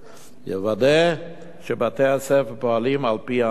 יוודא שבתי-הספר פועלים על-פי ההנחיות,